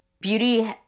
beauty